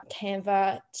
Canva